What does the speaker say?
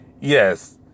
Yes